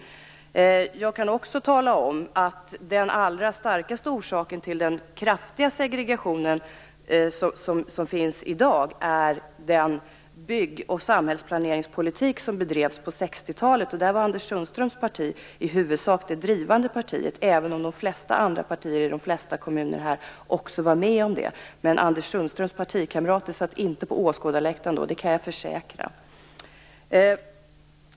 Jag kan också tala om att den starkaste orsaken till den kraftiga segregation som finns i dag är den bygg och samhällsplaneringspolitik som bedrevs på 60-talet. I det fallet var Anders Sundströms parti i huvudsak drivande, även om de flesta partier i de flesta kommuner här också var med på det. Men Anders Sundströms partikamrater satt inte på åskådarläktaren. Det kan jag försäkra.